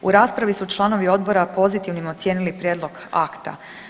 U raspravi su članovi odbora pozitivnim ocijenili prijedlog akta.